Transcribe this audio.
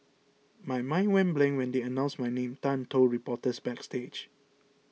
my mind went blank when they announced my name Tan told reporters backstage